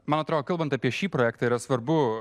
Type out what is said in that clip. man atrodo kalbant apie šį projektą yra svarbu